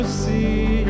see